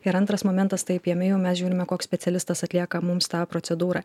ir antras momentas taip jame jau mes žiūrime koks specialistas atlieka mums tą procedūrą